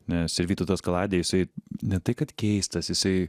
nes ir vytautas kaladė jisai ne tai kad keistas jisai